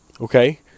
Okay